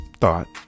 thought